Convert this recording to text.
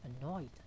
annoyed